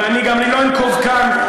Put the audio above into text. ואני לא אנקוב כאן,